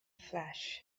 flash